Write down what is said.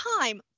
time